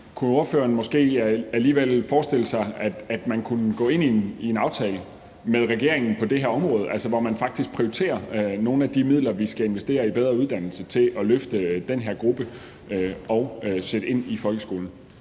kunne ordføreren måske alligevel forestille sig, at man kunne gå ind i en aftale med regeringen på det her område, altså hvor man faktisk prioriterer nogle af de midler, vi skal investere i bedre uddannelse, til at løfte den her gruppe og sætte ind i folkeskolen?